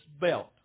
belt